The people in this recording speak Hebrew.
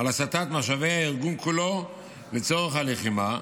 משאבי הארגון כולו לצורך הלחימה,